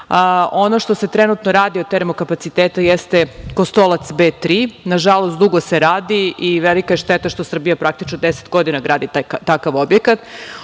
što se trenutno rad od termo kapaciteta jeste „Kostolac B3“. Na žalost, dugo se radi i velika je šteta što Srbija praktično deset godina gradi takav objekat. Ono